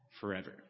forever